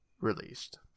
released